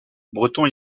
breton